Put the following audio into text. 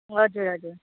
हजुर हजुर